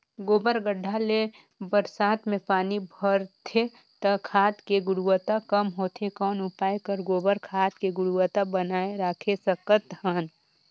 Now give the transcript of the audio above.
गोबर गढ्ढा ले बरसात मे पानी बहथे त खाद के गुणवत्ता कम होथे कौन उपाय कर गोबर खाद के गुणवत्ता बनाय राखे सकत हन?